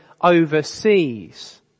overseas